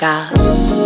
God's